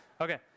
okay